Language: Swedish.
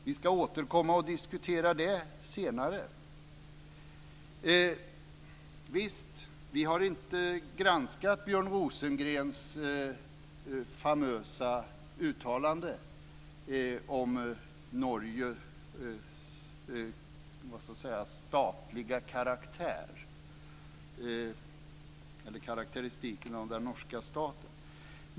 Vi ska återkomma och diskutera det senare. Visst - vi har inte granskat Björn Rosengrens famösa uttalande om karakteristiken av den norska staten.